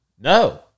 No